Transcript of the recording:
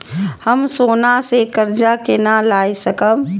हम सोना से कर्जा केना लाय सकब?